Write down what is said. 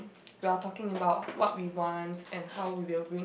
we are talking about what we want and how we will bring